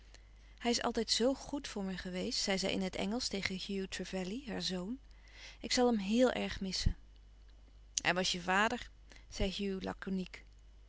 hij is altijd zoo goed voor me geweest zei zij in het engelsch tegen hugh trevelley haar zoon ik zal hem heel erg missen louis couperus van oude menschen de dingen die voorbij gaan hij was je vader zei